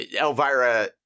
Elvira